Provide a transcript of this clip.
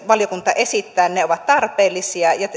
valiokunta esittää ovat tarpeellisia ja